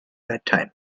bedtime